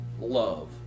love